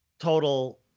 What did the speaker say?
total